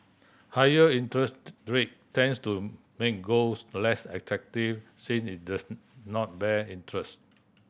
higher rate tends to make golds less attractive since it does not bear interest